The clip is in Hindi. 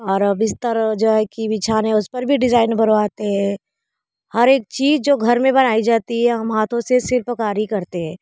और बिस्तर जो है कि बिछाना है उस पर भी डिज़ाइन उभरवाते है हर एक चीज़ जो घर में बनाई जाती है हम हाथों से शिल्पकारी करते हैं